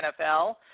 NFL